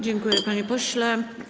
Dziękuję, panie pośle.